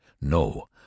No